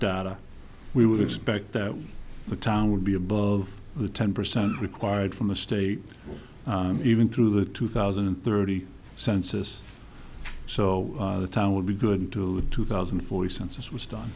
data we would expect that the town would be above the ten percent required from the state even through the two thousand and thirty census so the town would be good to two thousand and forty census was done